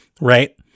Right